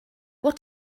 what